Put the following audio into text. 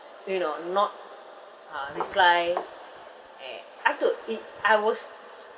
you know not uh reply eh half to it I was